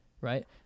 right